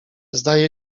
zdaje